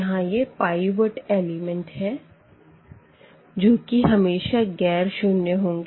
यहाँ यह pivot element है जो कि हमेशा ग़ैर शून्य होंगे